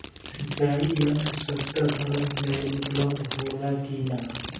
सिंचाई यंत्र सस्ता दर में उपलब्ध होला कि न?